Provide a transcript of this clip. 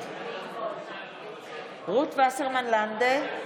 רות וסרמן לנדה,